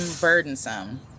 burdensome